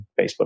Facebook